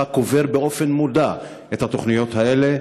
קובר באופן מודע את התוכניות האלה?